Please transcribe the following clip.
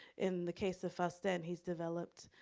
in the case of faustin, he's developed,